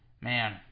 man